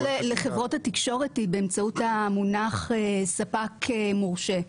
ההתייחסות לחברות התקשורת היא באמצעות המונח ספק מורשה.